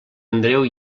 andreu